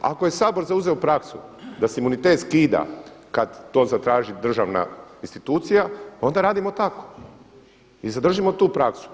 Ako je Sabor zauzeo praksu da se imunitet skida kad to zatraži državna institucija, onda radimo tako i zadržimo tu praksu.